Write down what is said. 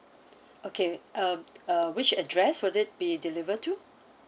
okay um uh which address will it be deliver to